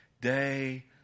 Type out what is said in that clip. day